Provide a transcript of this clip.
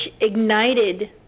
ignited